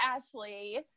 Ashley